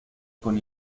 con